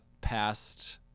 past